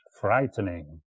frightening